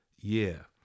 year